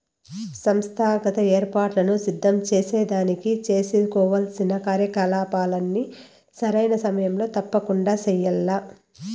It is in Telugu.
సంస్థాగత ఏర్పాట్లను సిద్ధం సేసేదానికి సేసుకోవాల్సిన కార్యకలాపాల్ని సరైన సమయంలో తప్పకండా చెయ్యాల్ల